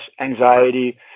anxiety